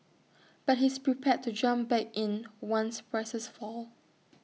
but he's prepared to jump back in once prices fall